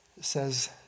says